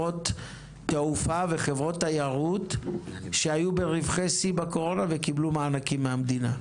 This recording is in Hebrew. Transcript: תעופה ותיירות שהיו ברווחי שיא בקורונה וקיבלו מענקים מהמדינה.